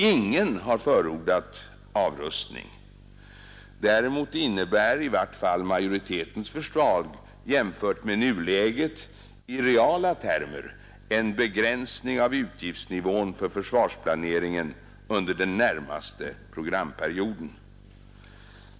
Ingen har förordat avrustning. Däremot innebär i vart fall majoritetens förslag, jämfört med nuläget, i reala termer en begränsning av utgiftsnivån för försvarsplaneringen under den närmaste programperioden.